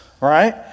right